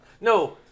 No